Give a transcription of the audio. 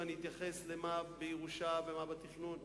ואני אתייחס למה שקיבלנו בירושה ומה בתכנון.